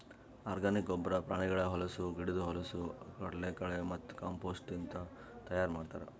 organic ಗೊಬ್ಬರ ಪ್ರಾಣಿಗಳ ಹೊಲಸು, ಗಿಡುದ್ ಹೊಲಸು, ಕಡಲಕಳೆ ಮತ್ತ ಕಾಂಪೋಸ್ಟ್ಲಿಂತ್ ತೈಯಾರ್ ಮಾಡ್ತರ್